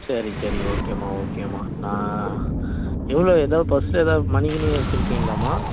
சரி சரி ஓகேம்மா ஓகேம்மா நான் எவ்வளோ எதாவது பர்ஸ்சில் எதாவது மணி கிணி வெச்சுருக்கீங்களாம்மா